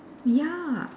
ya